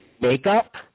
makeup